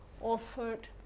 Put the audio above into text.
offered